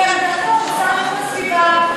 אביגדור יצחקי הביע את עמדתו,